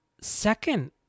second